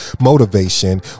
motivation